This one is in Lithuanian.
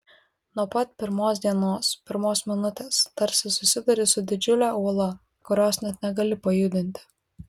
nuo pat pirmos dienos pirmos minutės tarsi susiduri su didžiule uola kurios net negali pajudinti